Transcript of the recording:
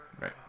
Right